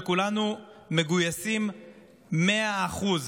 וכולנו מגויסים מאה אחוז